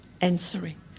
answering